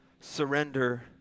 surrender